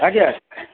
ଆଜ୍ଞା